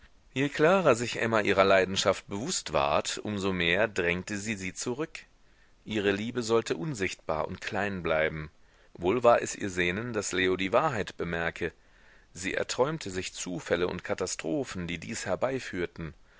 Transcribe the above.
je klarer sich emma ihrer leidenschaft bewußt ward um so mehr drängte sie sie zurück ihre liebe sollte unsichtbar und klein bleiben wohl war es ihr sehnen daß leo die wahrheit bemerke sie erträumte sich zufälle und katastrophen die dies herbeiführten